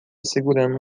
segurando